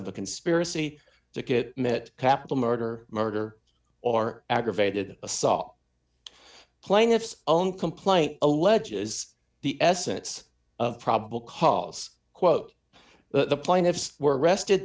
of a conspiracy to get mitt capital murder murder or aggravated assault plaintiff's own complaint alleges the essence of probable cause quote the plaintiffs were arrested